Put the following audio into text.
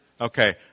Okay